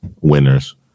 winners